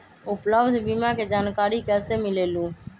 उपलब्ध बीमा के जानकारी कैसे मिलेलु?